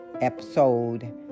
episode